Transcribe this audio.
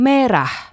Merah